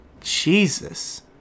Jesus